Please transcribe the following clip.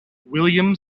william